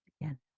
again